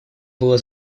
было